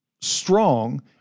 strong